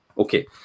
Okay